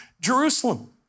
Jerusalem